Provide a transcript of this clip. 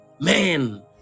Man